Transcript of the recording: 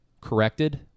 corrected